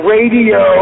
Radio